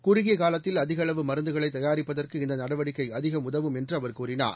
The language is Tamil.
குறுகிய காலத்தில் அதிக அளவு மருந்துகளைத் தயாரிப்பதற்கு இந்த நடவடிக்கை அதிகம் உதவும் என்று அவர் கூறினார்